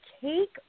take